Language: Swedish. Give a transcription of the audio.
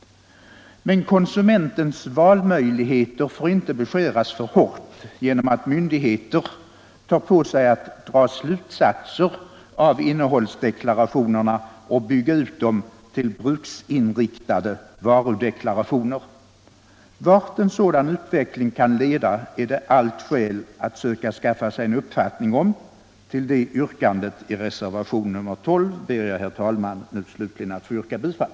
Men konsumentens valmöjligheter får inte beskäras för hårt genom att myndigheter tar på sig att dra slutsatserna av innehållsdeklarationerna och bygga ut dem till bruksinriktade varudeklarationer. Vart en sådan utveckling kan leda, är det skäl att söka skaffa sig en uppfattning om. Till yrkandet i reservation 12 ber jag att få yrka bifall.